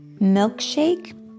milkshake